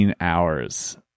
hours